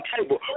table